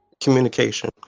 Communication